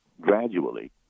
gradually